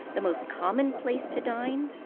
the most common place to dine?